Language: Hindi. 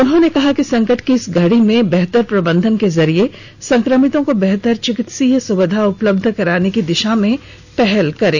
उन्होंने कहा कि संकट की इस घड़ी में बेहतर प्रबंधन के जरिए संक्रमितों को बेहतर चिकित्सीय सुविधा उपलब्ध कराने की दिशा में पहल करें